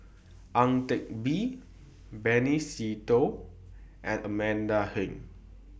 Ang Teck Bee Benny Se Teo and Amanda Heng